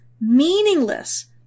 meaningless